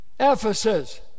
Ephesus